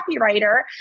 copywriter